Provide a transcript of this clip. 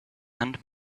and